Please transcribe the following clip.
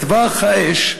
בטווח האש,